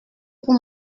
pour